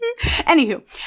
Anywho